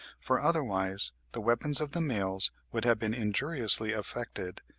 for otherwise the weapons of the males would have been injuriously affected,